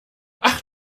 ach